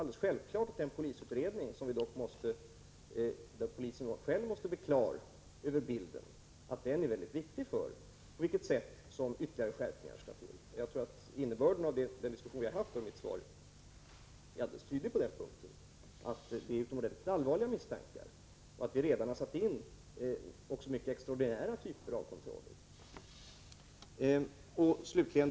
Den polisutredning som pågår och som är nödvändig för att det skall skapas klarhet i vad som förevarit är mycket viktig för det fortsatta arbetet för att införa ytterligare skärpningar. Innebörden av den diskussion vi fört med anledning av mitt svar är helt tydlig på den punkten. Det föreligger här utomordentligt allvarliga misstankar, och vi har redan satt in extraordinära kontroller.